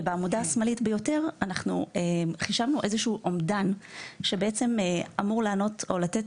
ובעמודה השמאלית ביותר חישבנו אומדן שאמור לתת